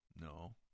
No